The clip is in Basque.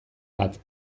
bat